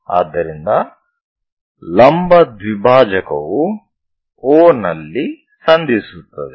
ಆದ್ದರಿಂದ ಲಂಬ ದ್ವಿಭಾಜಕವು O ನಲ್ಲಿ ಸಂಧಿಸುತ್ತದೆ